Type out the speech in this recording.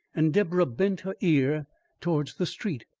and deborah bent her ear towards the street.